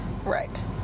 right